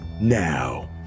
Now